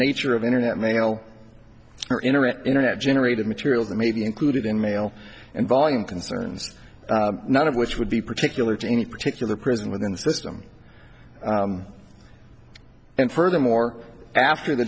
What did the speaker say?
nature of internet mail or internet internet generated materials that may be included in mail and volume concerns none of which would be particular to any particular prison within the system and furthermore after the